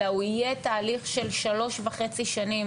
אלא הוא יהיה תהליך של שלוש וחצי שנים,